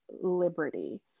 liberty